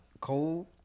Cold